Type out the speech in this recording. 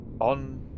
on